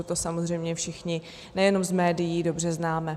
To samozřejmě všichni nejenom z médií dobře známe.